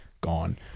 Gone